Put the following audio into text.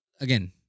again